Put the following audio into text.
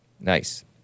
nice